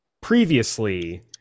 previously